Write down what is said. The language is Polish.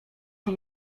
się